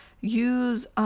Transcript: use